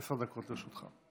עשר דקות לרשותך.